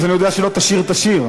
אז אני יודע שלא תשיר את השיר.